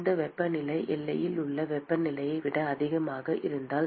இந்த வெப்பநிலை எல்லையில் உள்ள வெப்பநிலையை விட அதிகமாக இருந்தால்